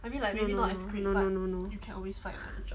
no no no no no no no